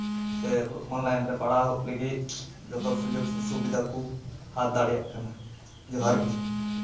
ᱥᱮ ᱚᱱᱞᱟᱭᱤᱱ ᱨᱮ ᱯᱟᱲᱦᱟᱣ ᱞᱟᱹᱜᱤᱫ ᱡᱚᱛᱚ ᱥᱩᱡᱳᱜᱽ ᱥᱩᱵᱤᱫᱷᱟ ᱠᱚ ᱦᱟᱛ ᱫᱟᱲᱮᱭᱟᱜ ᱠᱟᱱᱟ ᱡᱚᱦᱟᱨ ᱜᱮ